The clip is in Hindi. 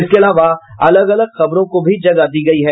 इसके अलावा अलग अलग खबरों को भी जगह दी है